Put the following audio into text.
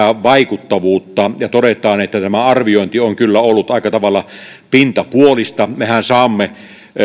vaikuttavuutta ja todetaan että arviointi on kyllä ollut aika tavalla pintapuolista mehän saamme